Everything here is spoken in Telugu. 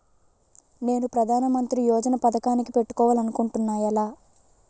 నేను ప్రధానమంత్రి యోజన పథకానికి పెట్టుకోవాలి అనుకుంటున్నా ఎలా?